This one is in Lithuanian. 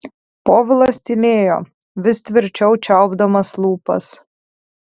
povilas tylėjo vis tvirčiau čiaupdamas lūpas